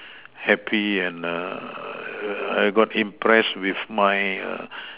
happy and err I got impressed with my err